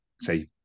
say